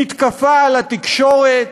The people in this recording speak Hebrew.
מתקפה על התקשורת,